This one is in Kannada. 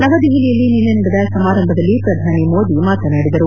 ನವದೆಹಲಿಯಲ್ಲಿ ನಿನ್ನೆ ನಡೆದ ಸಮಾರಂಭದಲ್ಲಿ ಪ್ರಧಾನಿ ಮೋದಿ ಮಾತನಾಡಿದರು